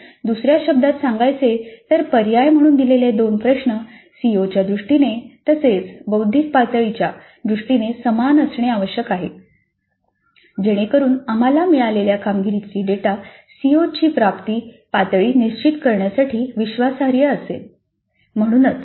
म्हणूनच दुसऱ्या शब्दांत सांगायचे तर पर्याय म्हणून दिलेले दोन प्रश्न सीओ च्या दृष्टीने तसेच बौद्धिक पातळीच्या दृष्टीने समान असणे आवश्यक आहे जेणेकरुन आम्हाला मिळालेला कामगिरी डेटा सीओची प्राप्ती पातळी निश्चित करण्यासाठी विश्वासार्ह असेल